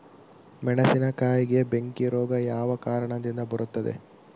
ಮೆಣಸಿನಕಾಯಿಗೆ ಬೆಂಕಿ ರೋಗ ಯಾವ ಕಾರಣದಿಂದ ಬರುತ್ತದೆ?